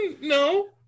No